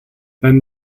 then